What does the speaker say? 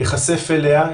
ייחשף אליה,